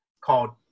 called